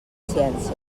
ciència